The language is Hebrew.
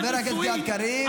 חבר הכנסת גלעד קריב.